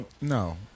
No